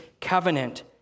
covenant